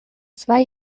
zwei